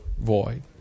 void